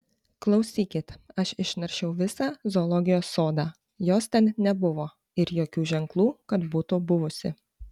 klausykit aš išnaršiau visą zoologijos sodą jos ten nebuvo ir jokių ženklų kad būtų buvusi